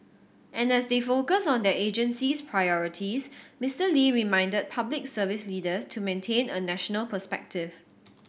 and as they focus on their agency's priorities Mister Lee reminded Public Service leaders to maintain a national perspective